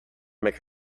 make